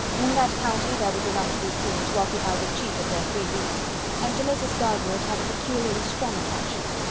in that county there was enough to be seen to occupy the chief of their three weeks and to mrs. gardiner it had a peculiarly strong attraction.